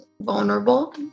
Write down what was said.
vulnerable